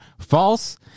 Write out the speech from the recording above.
false